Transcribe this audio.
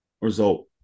result